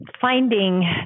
finding